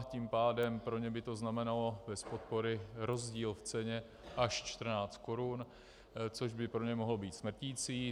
Tím pádem pro ně by to znamenalo bez podpory rozdíl v ceně až 14 korun, což by pro ně mohlo být smrtící.